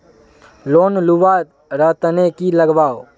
Loan लुवा र तने की लगाव?